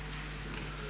Hvala.